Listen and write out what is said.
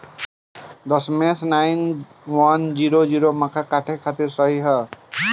दशमेश nine one zero zero मक्का काटे खातिर सही ह?